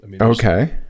Okay